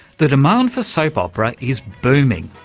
the demand for soap opera is booming,